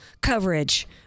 coverage